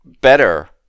better